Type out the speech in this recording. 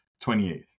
28th